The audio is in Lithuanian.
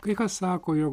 kai kas sako jog